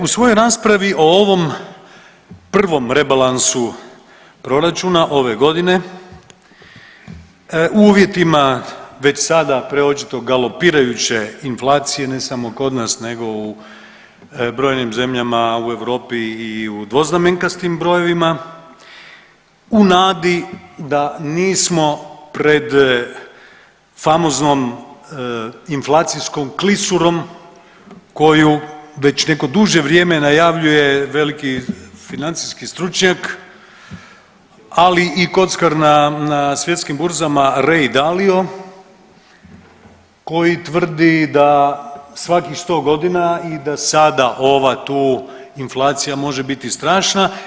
U svojoj raspravi o ovom prvom rebalansu proračuna ove godine uvjetima već sada preočito galopirajuće inflacije ne samo kod nas nego u brojim zemljama u Europi i u dvoznamenkastim brojevima u nadi da nismo pred famoznom inflacijskom klisurom koju već neko duže vrijeme najavljuje veliki financijski stručnjak, ali i kockar na svjetskim burzama Ray Dalio koji tvrdi da svakih sto godina i da sada ova tu inflacija može biti strašna.